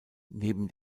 neben